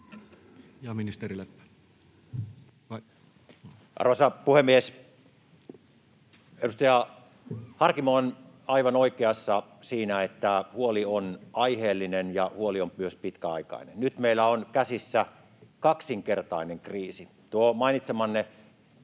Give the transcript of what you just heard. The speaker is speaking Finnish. Content: Arvoisa puhemies! Edustaja Harkimo on aivan oikeassa siinä, että huoli on aiheellinen ja huoli on myös pitkäaikainen. Nyt meillä on käsissä kaksinkertainen kriisi: tuo mainitsemanne